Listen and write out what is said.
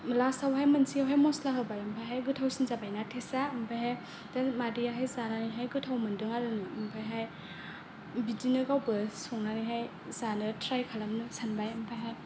last आवहाय मोनसेयावहाय मस्ला होबाय ओमफायहाय गोथावसिन जाबायना थेस्थआ ओमफायहाय दा मादैआहाय जानानै हाय गोथाव मोन्दों आरो ओंफायहाय बिदिनो गावबो संनानैहाय जानो थ्राय खालामनो सानबाय ओमफायहाय